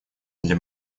для